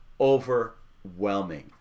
overwhelming